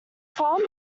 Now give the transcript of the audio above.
farm